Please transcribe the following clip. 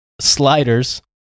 sliders